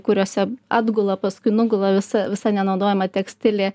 kuriose atgula paskui nugula visa visa nenaudojama tekstilė